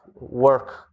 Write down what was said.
work